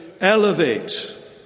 elevate